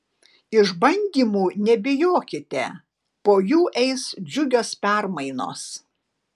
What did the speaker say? išbandymų nebijokite po jų eis džiugios permainos